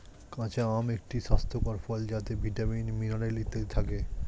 কাঁচা আম একটি স্বাস্থ্যকর ফল যাতে ভিটামিন, মিনারেল ইত্যাদি থাকে